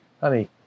honey